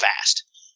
fast